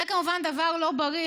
זה כמובן דבר לא בריא,